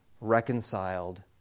reconciled